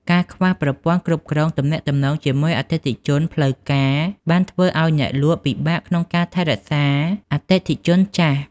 ការខ្វះប្រព័ន្ធគ្រប់គ្រងទំនាក់ទំនងជាមួយអតិថិជន ផ្លូវការបានធ្វើឱ្យអ្នកលក់ពិបាកក្នុងការថែរក្សាអតិថិជនចាស់។